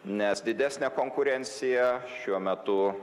nes didesnė konkurenciją šiuo metu